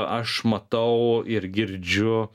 aš matau ir girdžiu